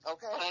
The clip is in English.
Okay